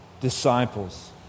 Disciples